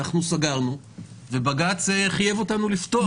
אנחנו סגרנו ובג"ץ חייב אותנו לפתוח,